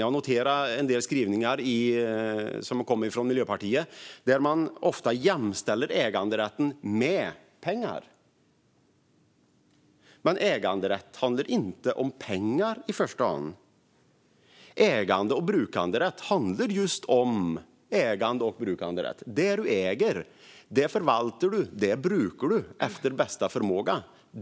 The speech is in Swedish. Jag noterar en del skrivningar som kommer från Miljöpartiet där man ofta jämställer äganderätten med pengar. Men äganderätt handlar ju inte om pengar i första hand. Ägande och brukanderätt handlar just om ägande och brukanderätt. Det man äger förvaltar man och brukar man efter bästa förmåga.